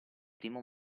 primo